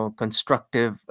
constructive